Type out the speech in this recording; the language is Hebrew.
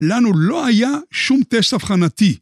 ‫לנו לא היה שום טסט אבחנתי.